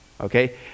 okay